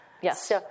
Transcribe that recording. Yes